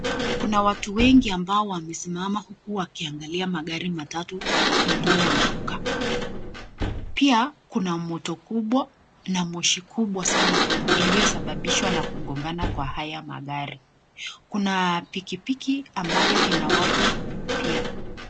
Kuna watu wengi ambao wamesimama huku wakiangalia magari matatu iliyoanguka. Pia kuna moto kubwa na moshi kubwa sana iliyosababishwa na kugongana kwa haya magari. Kuna pikipiki ambayo ina watu pia.